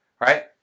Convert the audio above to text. Right